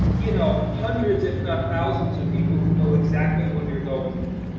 you know, hundreds, if not thousands of people who know exactly what you're going through.